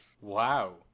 wow